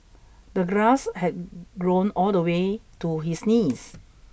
the grass had grown all the way to his knees